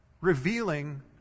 revealing